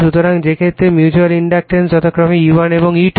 সুতরাং যে ক্ষেত্রে মিউটুয়াল ইনডাকটেন্স যথাক্রমে E1 এবং E2